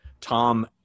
Tom